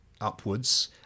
upwards